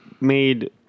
made